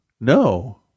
No